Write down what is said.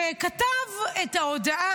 שכתב את ההודעה,